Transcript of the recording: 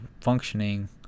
functioning